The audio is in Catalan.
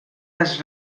les